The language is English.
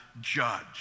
judge